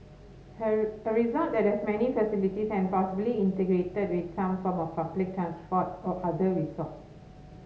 here a resort that has many facilities and possibly integrated with some form of public transport or other resorts